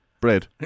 bread